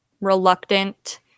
reluctant